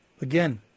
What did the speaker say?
Again